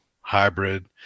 Hybrid